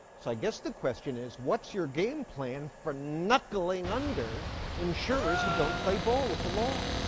so i guess the question is, what's your game plan for knuckling under insurers who don't play ball with the law?